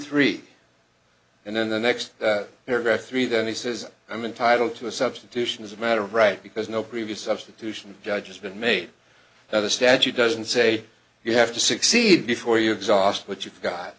three and then the next paragraph three then he says i'm entitled to a substitution as a matter of right because no previous substitution judge has been made that the statute doesn't say you have to succeed before you exhaust what you've got